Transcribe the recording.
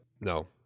no